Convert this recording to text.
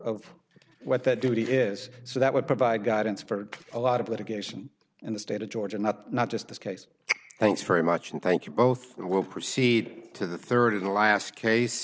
what that duty is so that would provide guidance for a lot of litigation in the state of georgia not not just this case thanks very much and thank you both and we'll proceed to the third in the last case